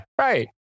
Right